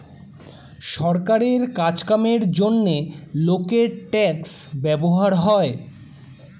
সরকারের কাজ কামের জন্যে লোকের ট্যাক্স ব্যবহার হয়